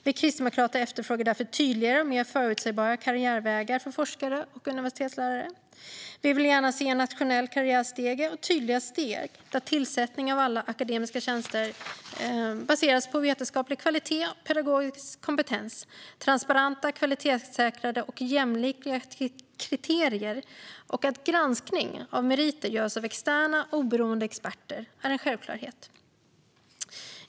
Vi kristdemokrater efterfrågar därför tydligare och mer förutsägbara karriärvägar för forskare och universitetslärare. Vi vill gärna se en nationell karriärstege med tydliga steg där tillsättning av alla akademiska tjänster baseras på vetenskaplig kvalitet och pedagogisk kompetens. Transparenta, kvalitetssäkrade och jämlika kriterier samt att granskning av meriter görs av externa oberoende experter är självklarheter.